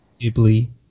Ghibli